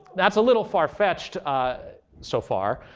that's a little far fetched ah so far,